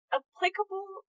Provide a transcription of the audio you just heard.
applicable